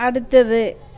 அடுத்தது